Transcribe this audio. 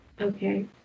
Okay